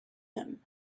him